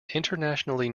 internationally